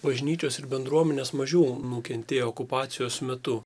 bažnyčios ir bendruomenės mažiau nukentėjo okupacijos metu